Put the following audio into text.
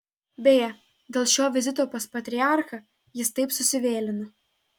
beje dėl šio vizito pas patriarchą jis taip susivėlino